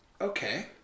Okay